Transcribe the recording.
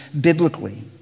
biblically